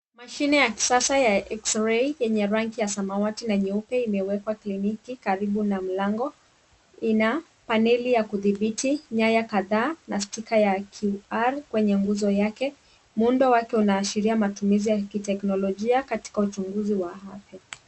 Mashine ya kisasa ya ekisirei yenye rangi ya samawati na nyeupe imewekwà kliniki karibu na mlango. Ina paneli ya kudhibiti nyaya kadhaa na stika ya Qr kwenye nguzo yake. Muundo wake unaashiria matumizi ya kiteknolojia katika uchunguzi wa afya.